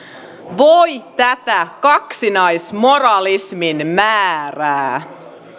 voi tätä kaksinaismoralismin määrää